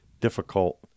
difficult